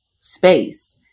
space